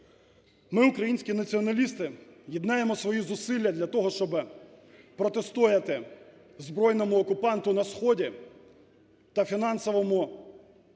Ми, українські націоналісти, єднаємо свої зусилля для того, щоби протистояти збройному окупанту на сході та фінансовому диктату